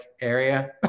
area